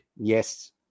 Yes